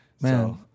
Man